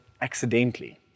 accidentally